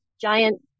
giant